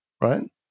right